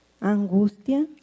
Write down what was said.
angustia